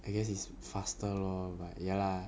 I guess is faster lor but ya lah